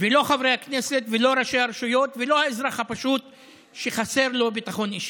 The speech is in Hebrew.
ולא חברי הכנסת ולא ראשי הרשויות ולא האזרח הפשוט שחסר לו ביטחון אישי.